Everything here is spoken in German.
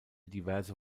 diverse